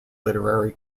literary